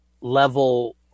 level